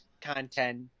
content